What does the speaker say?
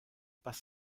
pas